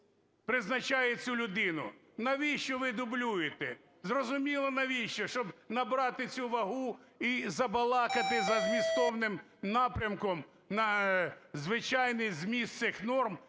призначає цю людину. Навіщо ви дублюєте? Зрозуміло навіщо, щоб набрати цю вагу і забалакати за змістовним напрямком на звичайний зміст всіх норм,